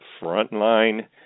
Frontline